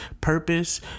purpose